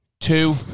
two